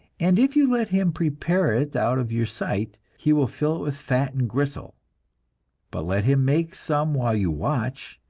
and if you let him prepare it out of your sight, he will fill it with fat and gristle but let him make some while you watch,